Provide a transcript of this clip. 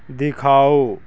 ਦਿਖਾਓ